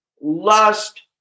lust